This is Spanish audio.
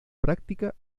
práctica